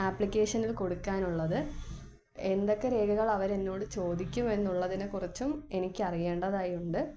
ആപ്ലിക്കേഷനിൽ കൊടുക്കാനുള്ളത് എന്തൊക്കെ രേഖകൾ അവരെന്നോട് ചോദിക്കുമെന്നുള്ളതിനെക്കുറിച്ചും എനിക്കറിയേണ്ടതായുണ്ട്